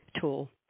tool